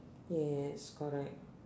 yes correct